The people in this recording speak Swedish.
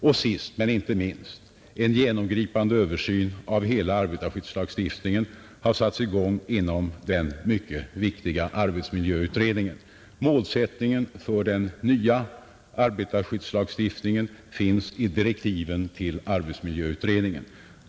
Och sist men inte minst: en genomgripande översyn av hela arbetarskyddslagstiftningen har satts i gång inom den mycket viktiga arbetsmiljöutredningen. Målsättningen för den nya arbetarskyddslagstiftningen finns i direktiven för arbetsmiljöutredningen.